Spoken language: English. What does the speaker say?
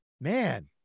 man